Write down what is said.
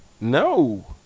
No